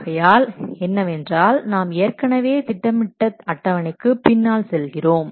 ஆகையால் என்னவென்றால் நாம் ஏற்கனவே திட்டமிட்ட அட்டவணைக்கு பின்னால் செல்கிறோம்